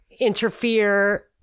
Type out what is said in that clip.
interfere